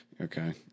Okay